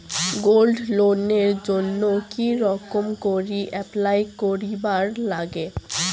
Gold লোনের জইন্যে কি রকম করি অ্যাপ্লাই করিবার লাগে?